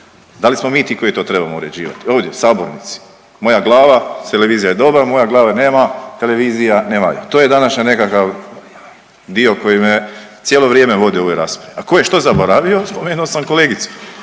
da li smo mi ti koji to trebamo uređivati ovdje u sabornici, moja glava, televizija je dobra, moje glave nema, televizija ne valja, to je današnji nekakav dio koji me cijelo vrijeme vodi u ovoj raspravi, a ko je što zaboravio spomenuo sam kolegicu.